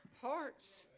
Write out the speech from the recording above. hearts